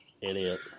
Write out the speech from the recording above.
Idiot